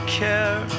care